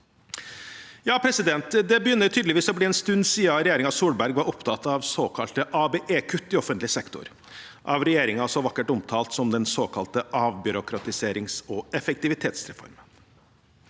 i forslaget. Det begynner tydeligvis å bli en stund siden regjeringen Solberg var opptatt av såkalte ABE-kutt i offentlig sektor – av regjeringen så vakkert omtalt som den såkalte avbyråkratiserings- og effektivitetsreformen.